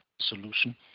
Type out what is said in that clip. solution